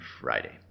Friday